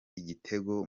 igitego